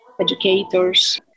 educators